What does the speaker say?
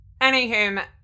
Anywho